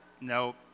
No